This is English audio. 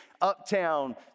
Uptown